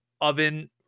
oven